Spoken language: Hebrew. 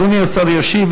אדוני השר ישיב.